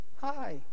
Hi